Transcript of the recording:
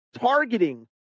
targeting